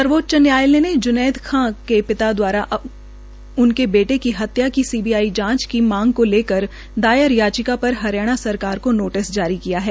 सर्वोच्च न्यायालय ने ज्नैद खान के पिता द्वारा उनके बेटे की हत्या की सीबीआई की जांचको लेकर दायर याचिका पर हरियाणा सरकार को नोटिस जारी किया है